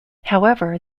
however